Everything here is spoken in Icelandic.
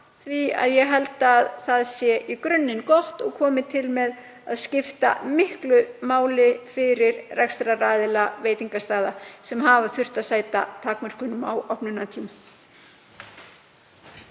því að ég held að það sé í grunninn gott og komi til með að skipta miklu máli fyrir rekstraraðila veitingastaða sem hafa þurft að sæta takmörkunum á opnunartíma.